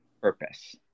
purpose